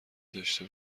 داشته